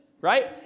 right